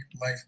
life